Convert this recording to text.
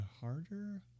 harder